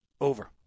over